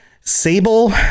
Sable